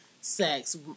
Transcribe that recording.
sex